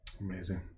Amazing